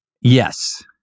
Yes